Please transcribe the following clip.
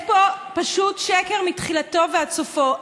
יש פה פשוט שקר, מתחילתו ועד סופו.